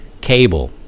cable